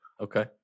Okay